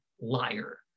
liar